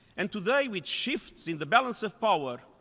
and today, with shifts in the balance of power,